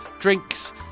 drinks